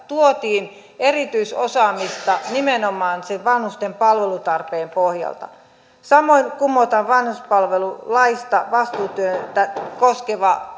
tuotiin erityisosaamista nimenomaan sen vanhusten palvelutarpeen pohjalta samoin kumotaan vanhuspalvelulaista vastuutyötä koskeva